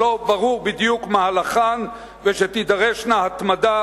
שלא ברור בדיוק מהלכן ויידרשו התמדה